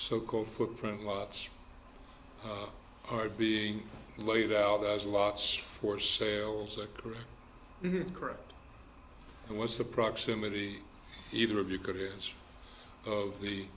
so called footprint lots are being laid out as a lot for sales that correct correct and what's the proximity either of you could end of the